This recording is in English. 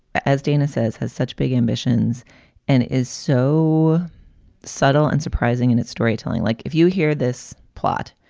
ah as dana says, has such big ambitions and is so subtle and surprising in its storytelling. like if you hear this plot,